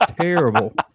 terrible